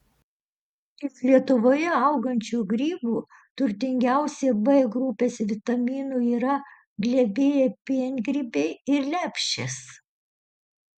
iš lietuvoje augančių grybų turtingiausi b grupės vitaminų yra glebieji piengrybiai ir lepšės